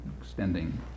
extending